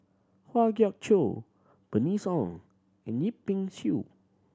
Kwa Geok Choo Bernice Ong and Yip Pin Xiu